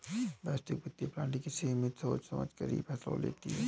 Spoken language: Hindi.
वैश्विक वित्तीय प्रणाली की समिति सोच समझकर ही फैसला लेती है